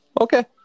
Okay